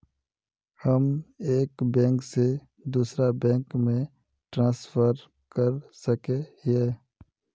हम एक बैंक से दूसरा बैंक में ट्रांसफर कर सके हिये?